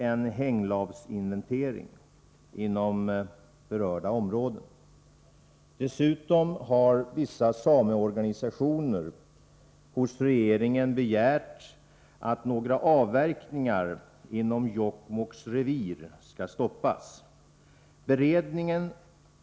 Det anmärkningsvärda är att man trots de fakta som framlagts ej beslutat att upphöra med de avverkningar som startats eller planerats starta under vintern.